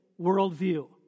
worldview